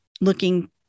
looking